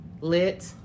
Lit